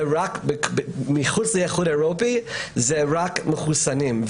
מחוץ לאיחוד האירופי זה רק מחוסנים.